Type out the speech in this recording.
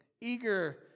eager